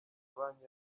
banki